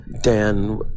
dan